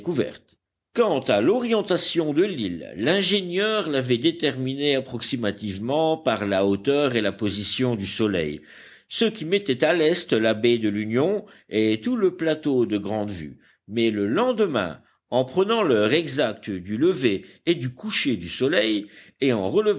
quant à l'orientation de l'île l'ingénieur l'avait déterminée approximativement par la hauteur et la position du soleil ce qui mettait à l'est la baie de l'union et tout le plateau de grandevue mais le lendemain en prenant l'heure exacte du lever et du coucher du soleil et en